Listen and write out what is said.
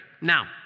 Now